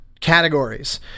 categories